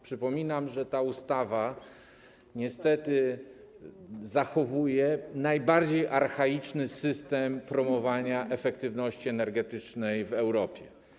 Przypominam, że ta ustawa niestety zachowuje najbardziej archaiczny system promowania efektywności energetycznej w Europie.